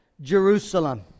Jerusalem